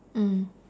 mm